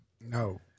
No